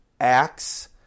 Acts